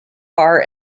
far